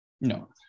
No